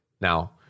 Now